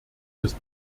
des